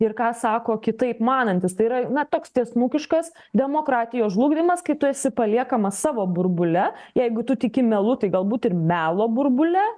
ir ką sako kitaip manantys tai yra na toks tiesmukiškas demokratijos žlugdymas kai tu esi paliekamas savo burbule jeigu tu tiki melu tai galbūt ir melo burbule